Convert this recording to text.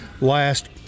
last